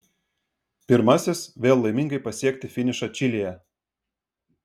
pirmasis vėl laimingai pasiekti finišą čilėje